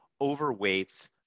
overweights